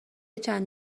چند